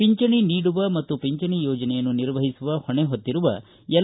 ಪಿಂಚಣಿ ನೀಡುವ ಮತ್ತು ಪಿಂಚಣಿ ಯೋಜನೆಯನ್ನು ನಿರ್ವಹಿಸುವ ಹೊಣೆ ಹೊತ್ತಿರುವ ಎಲ್